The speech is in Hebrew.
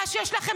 מה שיש לכם,